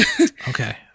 okay